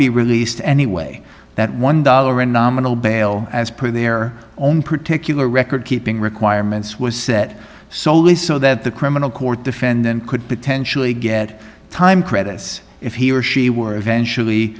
be released anyway that one dollar a nominal bail as per their own particular record keeping requirements was set soley so that the criminal court defendant could potentially get time credits if he or she were eventually